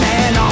Man